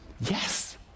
yes